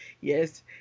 Yes